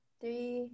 three